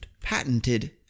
patented